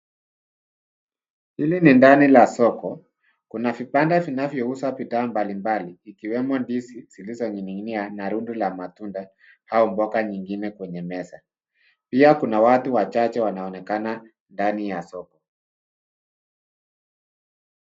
Hili ni ndani la soko kuna vibanda vinavyo uza bidhaa mbalimbali ikiwemo ndizi zilizo ninginia na rundo la matunda au mboga nyingine kwenye meza pia kuna watu wachache ambao wanaonekana ndani ya soko.